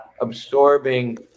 absorbing